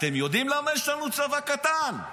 אתם יודעים למה יש לנו צבא קטן?